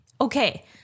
Okay